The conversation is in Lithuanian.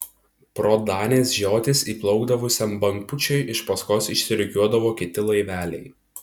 pro danės žiotis įplaukdavusiam bangpūčiui iš paskos išsirikiuodavo kiti laiveliai